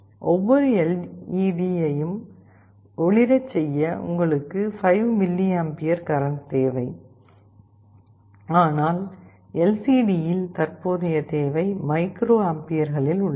ஒவ்வொரு LEDயையும் ஒளிரச் செய்ய உங்களுக்கு 5 mA கரண்ட் தேவை ஆனால் எல்சிடி யில் தற்போதைய தேவை மைக்ரோஆம்பியர்களில் உள்ளது